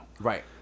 Right